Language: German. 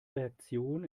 reaktion